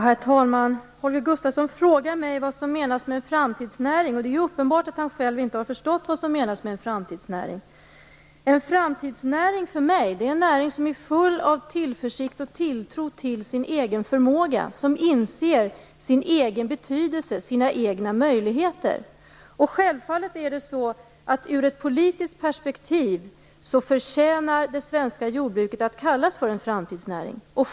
Herr talman! Holger Gustafsson frågar mig vad som menas med en framtidsnäring. Det är uppenbart att han själv inte har förstått vad som menas med en framtidsnäring. En framtidsnäring för mig är en näring som är full av tillförsikt och tilltro till sin egen förmåga, som inser sin egen betydelse och sina egna möjligheter. Självfallet förtjänar det svenska jordbruket ur ett politiskt perspektiv att kallas för en framtidsnäring.